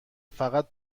فقط